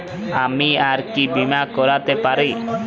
আমি আর কি বীমা করাতে পারি?